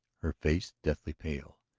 her face deathly pale.